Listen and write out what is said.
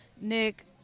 nick